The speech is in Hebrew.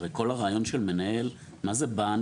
הרי כל הרעיון של מנהל, מה זה בנק?